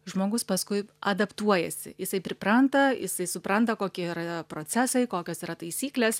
žmogus paskui adaptuojasi jisai pripranta jisai supranta kokie yra procesai kokios yra taisyklės